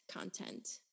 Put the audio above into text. content